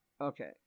Okay